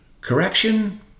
Correction